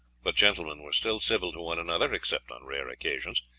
but gentlemen were still civil to one another, except on rare occasions,